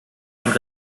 einen